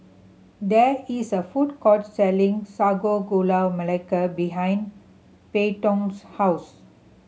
there is a food court selling Sago Gula Melaka behind Peyton's house